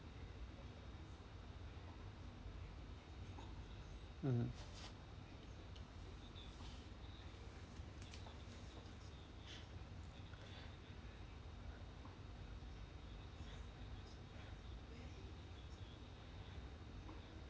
mmhmm